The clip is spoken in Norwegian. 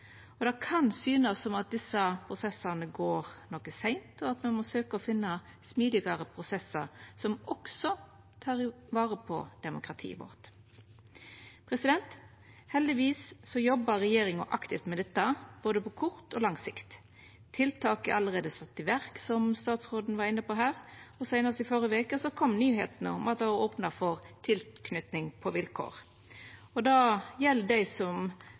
saksbehandlingstid. Det kan synast som om desse prosessane går noko seint, og at me må søkja å finna smidigare prosessar som også tek vare på demokratiet vårt. Heldigvis jobbar regjeringa aktivt med dette, både på kort og på lang sikt. Tiltak er allereie sette i verk, som statsråden var inne på. Seinast i førre veke kom nyheita om at det var opna for «tilknytning på vilkår». Det gjeld dei som